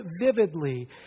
vividly